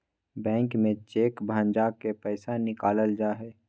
bank में cheque भंजा के पैसा निकालल जा हय